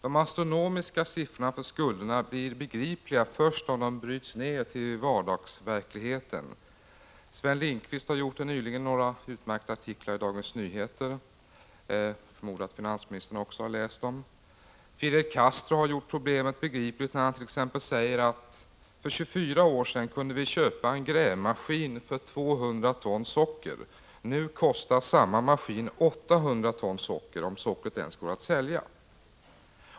De astronomiska siffrorna för skulderna blir begripliga först när de bryts ned till vardagsverkligheten. Sven Lindqvist har ju nyligen skrivit några utmärkta artiklar i Dagens Nyheter. Jag förmodar att finansministern också läst dem. Fidel Castro har gjort problemet begripligt när han t.ex. säger att vi för 24 år sedan kunde köpa en grävmaskin för 200 ton socker. Nu kostar samma maskin 800 ton socker, om sockret ens går att sälja.